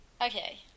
Okay